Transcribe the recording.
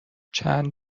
چند